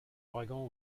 ouragans